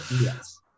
yes